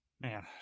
Man